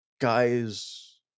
guys